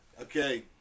Okay